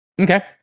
Okay